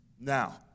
Now